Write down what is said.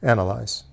Analyze